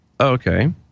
Okay